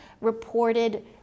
reported